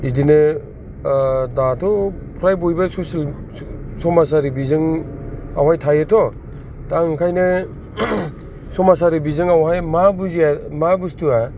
बिदिनो दाथ' फ्राय बयबो ससियेल समाजारि बिजों आवहाय थायोथ' दा ओंखायनो समाजारि बिजों आवहाय मा बुजिया मा बुसथुआ